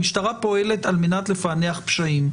המשטרה פועלת על מנת לפענח פשעים.